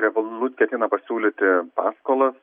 revolut ketina pasiūlyti paskolas